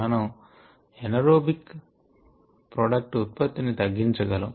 మనం anaerobic product ఉత్పత్తి ని తగ్గించ గలము